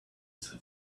saw